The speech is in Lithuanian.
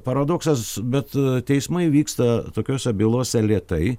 paradoksas bet teismai vyksta tokiose bylose lėtai